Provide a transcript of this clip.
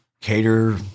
cater